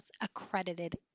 accredited